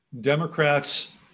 Democrats